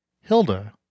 Hilda